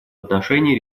отношении